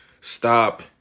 stop